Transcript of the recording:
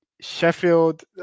Sheffield